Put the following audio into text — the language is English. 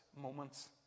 moments